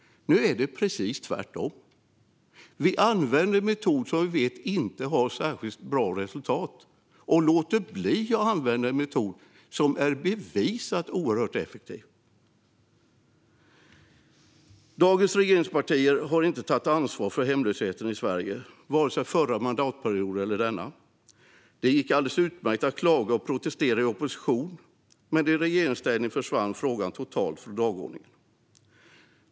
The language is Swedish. Nu är det precis tvärtom. Man använder en metod som vi vet inte ger särskilt bra resultat och låter bli att använda en metod som är bevisat oerhört effektiv. Dagens regeringspartier har inte tagit ansvar för hemlösheten i Sverige, vare sig förra mandatperioden eller denna. Det gick alldeles utmärkt att klaga och protestera i opposition, men i regeringsställning förvann frågan totalt från dagordningen.